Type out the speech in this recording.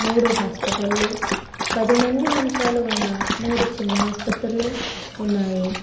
మూడు హాస్పిటళ్ళు పదిమంది మంచాలు ఉన్న మూడు చిన్న ఆస్పత్రులు ఉన్నాయి